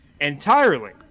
entirely